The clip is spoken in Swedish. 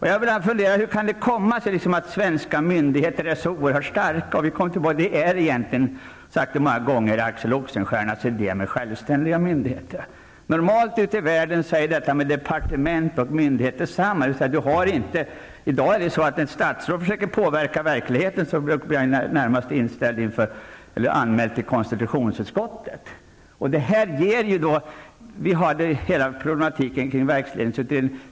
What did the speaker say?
Hur kan det komma sig att svenska myndigheter är så oerhört starka? Det går tillbaka till Axel övriga världen är normalt departement och myndigheter detsamma. I dag är det så, att om ett statsråd försöker påverka verkligheten blir han anmäld till konstitutionsutskottet. Här har vi alltså problemet med verksledningen.